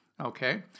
Okay